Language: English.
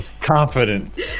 Confident